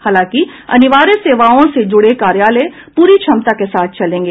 हालांकि अनिवार्य सेवाओं से जुड़े कार्यालय प्ररी क्षमता के साथ चलेंगे